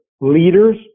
leaders